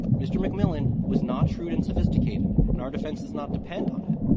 mr. mcmillan was not shrewd and sophisticated, and our defense does not depend on it.